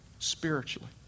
Spiritually